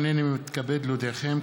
הינני מתכבד להודיעכם,